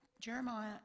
Jeremiah